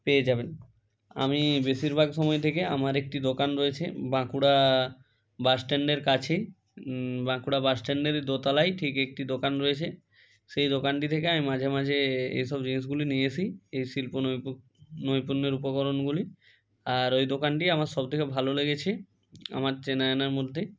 পেয়ে যাবেন আমি বেশিরভাগ সময় থেকে আমার একটি দোকান রয়েছে বাঁকুড়া বাস স্ট্যান্ডের কাছেই বাঁকুড়া বাস স্ট্যান্ডেরই দোতলায় ঠিক একটি দোকান রয়েছে সেই দোকানটি থেকে আমি মাঝেমাঝে এসব জিনিসগুলি নিয়ে আসি এই শিল্প নৈপুণ্যের উপকরণগুলি আর ওই দোকানটিই আমার সব থেকে ভালো লেগেছে আমার চেনাজানার মধ্যে